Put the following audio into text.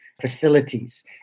facilities